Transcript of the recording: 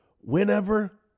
whenever